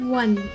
one